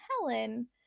Helen